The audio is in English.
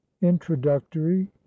introductory